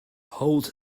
hold